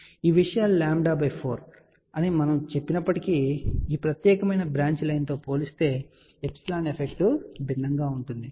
ఈ విషయాలు λ4 అని మనము చెప్పినప్పటికీ దయచేసి ఈ ప్రత్యేకమైన బ్రాంచ్ లైన్తో పోలిస్తే ε ఎఫెక్టివ్ భిన్నంగా ఉంటుందని గుర్తుంచుకోండి